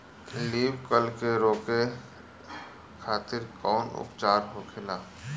Leaf curl के रोके खातिर कउन उपचार होखेला?